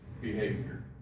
behavior